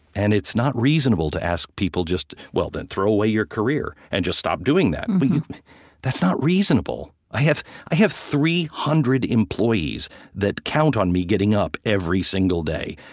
and it's not reasonable to ask people just well, then throw away your career and just stop doing that. and but that's not reasonable. i have i have three hundred employees that count on me getting up every single day.